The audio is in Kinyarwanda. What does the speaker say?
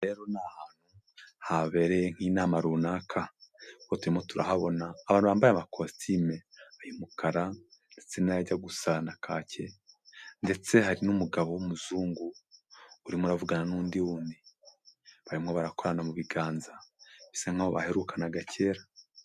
Ahantu habereye inama runaka, turimo turahabona abantu bambaye amakositime, ay'umukara, ndetse n'ajya gusa na kake. Ndetse hari n'umugabo w'umuzungu urimo uravugana n'undi wumwirabura, barimo barakorana mu biganza, bisa nkaho baherukanaga kera.